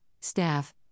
staff